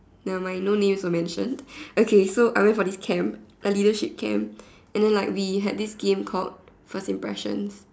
never mind no names were mentioned okay so I went for this camp a leadership camp and then like we had this game called first impressions